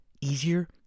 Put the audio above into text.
easier